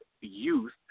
youth